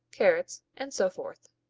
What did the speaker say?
carrots, and so forth.